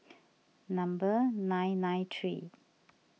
number nine nine three